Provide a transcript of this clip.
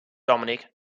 dominic